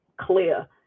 clear